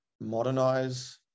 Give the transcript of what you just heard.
modernize